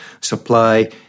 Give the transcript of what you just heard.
supply